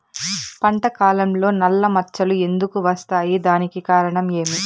పంట కాలంలో నల్ల మచ్చలు ఎందుకు వస్తాయి? దానికి కారణం ఏమి?